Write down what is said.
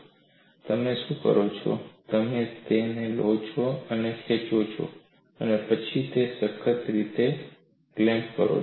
અને તમે શું કરો છો તમે તેને લો અને ખેંચો અને પછી તેને સખત રીતે ક્લેમ્પ કરો